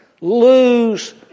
lose